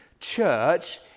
church